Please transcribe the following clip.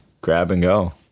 grab-and-go